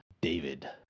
David